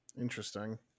interesting